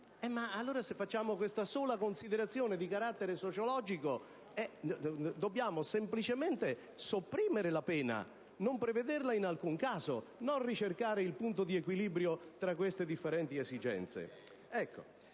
facendo solo questa considerazione di carattere sociologico, dovremmo semplicemente sopprimere la pena, non prevederla in alcun caso, senza ricercare dunque il punto di equilibrio tra queste differenti esigenze.